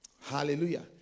Hallelujah